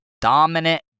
Dominant